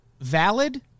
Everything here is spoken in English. valid